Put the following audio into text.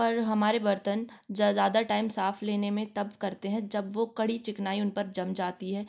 पर हमारे बर्तन ज्यादा टाइम साफ़ लेने में तब करते हैं जब वो कड़ी चिकनाई उन पर जम जाती है